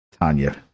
Tanya